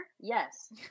Yes